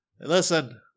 Listen